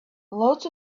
lots